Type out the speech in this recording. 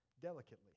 Delicately